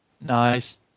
nice